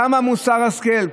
כמה מוסר השכל,